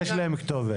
יש להם כתובת.